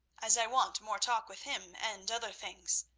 as i want more talk with him and other things,